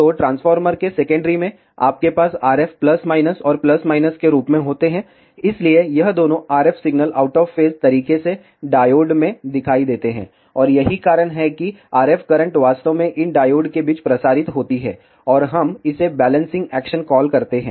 तो ट्रांसफार्मर के सेकेंडरी में आपके पास RF प्लस माइनस और प्लस माइनस के रूप में होते हैं इसलिए यह दोनों RF signal out of phase तरीके से इस डायोड में दिखाई देते हैं और यही कारण है कि RF करंट वास्तव में इन डायोड के बीच प्रसारित होती हैं और हम इसे बैलेंसिंग एक्शन कॉल करते हैं